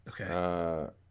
Okay